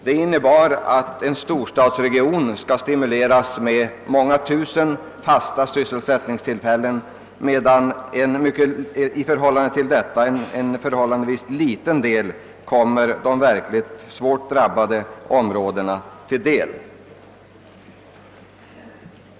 Det innebär att en storstadsregion kommer att stimuleras med många tusen fasta sysselsättningstillfällen, medan en i förhållande härtill ganska liten insats kommer de verkligt hårt drabbade områdena till del.